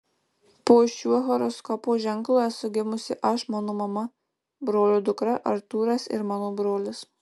po šiuo horoskopo ženklu esu gimus aš mano mama brolio dukra artūras ir mano brolis